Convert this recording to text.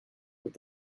with